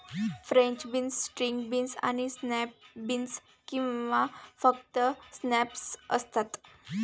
French beans, string beans आणि snap beans किंवा फक्त स्नॅप्स असतात